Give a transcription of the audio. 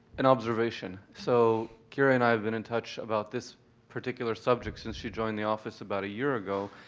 an observation. so kira, and i have been in touch about this particular subject since she joined the office about a year ago,